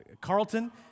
Carlton